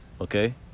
okay